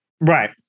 Right